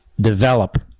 develop